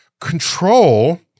control